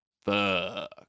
Fuck